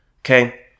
Okay